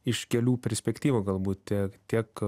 iš kelių perspektyvų galbūt tie tiek a